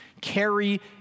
carry